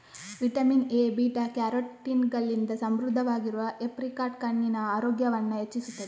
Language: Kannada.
ವಿಟಮಿನ್ ಎ, ಬೀಟಾ ಕ್ಯಾರೋಟಿನ್ ಗಳಿಂದ ಸಮೃದ್ಧವಾಗಿರುವ ಏಪ್ರಿಕಾಟ್ ಕಣ್ಣಿನ ಆರೋಗ್ಯವನ್ನ ಹೆಚ್ಚಿಸ್ತದೆ